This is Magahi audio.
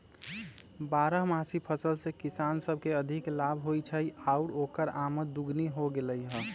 बारहमासी फसल से किसान सब के अधिक लाभ होई छई आउर ओकर आमद दोगुनी हो गेलई ह